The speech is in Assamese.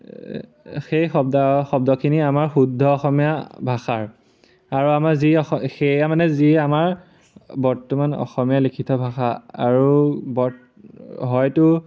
সেই শব্দ শব্দখিনি আমাৰ শুদ্ধ অসমীয়া ভাষাৰ আৰু আমাৰ যি সেয়া মানে যি আমাৰ বৰ্তমান অসমীয়া লিখিত ভাষা আৰু হয়তো